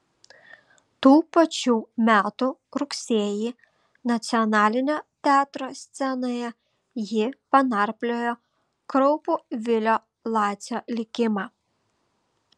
tų pačių metų rugsėjį nacionalinio teatro scenoje ji panarpliojo kraupų vilio lacio likimą